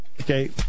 okay